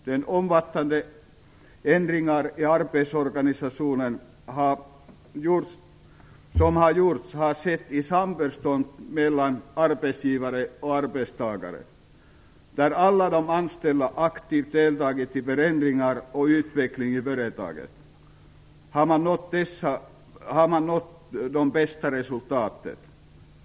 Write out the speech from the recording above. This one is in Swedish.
De omfattande ändringar i arbetsorganisationen som har gjorts har skett i samförstånd mellan arbetsgivare och arbetstagare. Där alla de anställda aktivt deltagit i förändringar och utveckling i företagen har man nått det bästa resultatet.